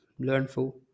learnful